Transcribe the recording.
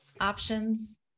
options